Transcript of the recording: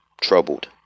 troubled